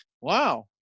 wow